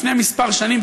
לפני כמה שנים,